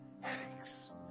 headaches